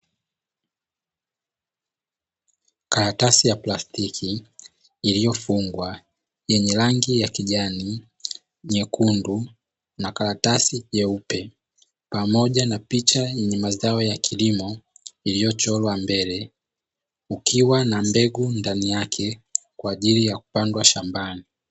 Karatasi ya plastiki iliyofungwa yenye rangi ya kijani, nyekundu, na karatasi nyeupe, pamoja na picha yenye mazao ya kilimo iliyochorwa mbele; kukiwa na mbegu ndani yake kwa ajili ya kupandwa shambani.